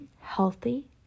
healthy